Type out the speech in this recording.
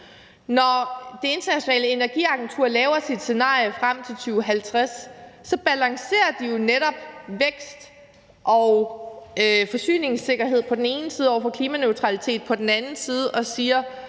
Når Det Internationale Energiagentur laver sit scenarie frem til 2050, balancerer de jo netop vækst og forsyningssikkerhed på den ene side over for klimaneutralitet på den anden side og siger,